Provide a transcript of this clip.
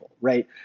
right